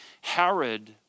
Herod